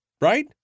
Right